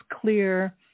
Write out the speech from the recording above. clear